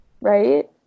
right